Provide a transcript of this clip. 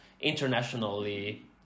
internationally